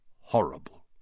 horrible